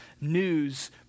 news